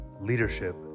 Leadership